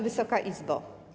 Wysoka Izbo!